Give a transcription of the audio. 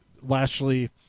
Lashley